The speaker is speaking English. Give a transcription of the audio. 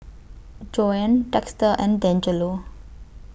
Joanne Dexter and Dangelo